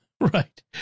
right